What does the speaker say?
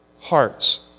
Hearts